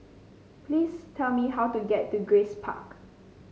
please tell me how to get to Grace Park